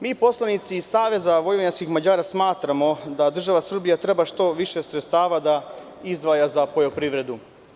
Mi poslanici iz Saveza vojvođanskih Mađara smatramo da država Srbija treba što više sredstava da izdvaja za poljoprivredu.